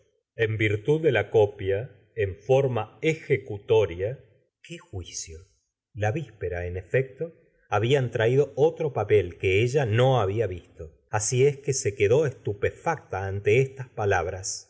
en virütd de la copia en forma ejecutoria qué juicio la víspera en efecto habían traído otro papel que ella no había visto asi es que se quedó estupefacta ante estas palabras